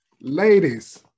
ladies